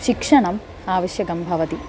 शिक्षणम् आवश्यकं भवति